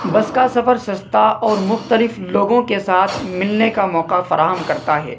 بس کا سفر سستا اور مختلف لوگوں کے ساتھ ملنے کا موقع فراہم کرتا ہے